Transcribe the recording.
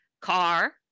car